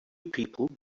people